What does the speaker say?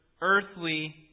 earthly